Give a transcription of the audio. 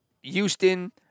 Houston